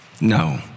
No